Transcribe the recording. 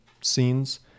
scenes